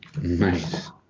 Nice